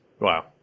Wow